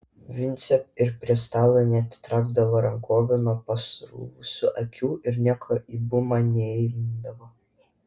vincė ir prie stalo neatitraukdavo rankovių nuo pasruvusių akių ir nieko į bumą neimdavo